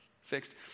fixed